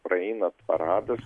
praeina paradas